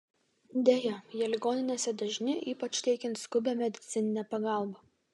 deja jie ligoninėse dažni ypač teikiant skubią medicininę pagalbą